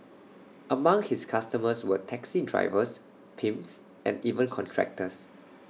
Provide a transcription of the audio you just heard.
among his customers were taxi drivers pimps and even contractors